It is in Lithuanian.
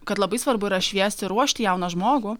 kad labai svarbu yra šviesti ruošti jauną žmogų